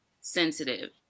sensitive